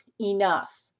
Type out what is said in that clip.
enough